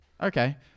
Okay